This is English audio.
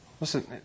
listen